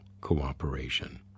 cooperation